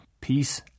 Peace